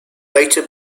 later